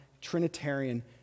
Trinitarian